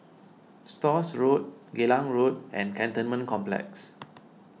Stores Road Geylang Road and Cantonment Complex